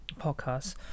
podcast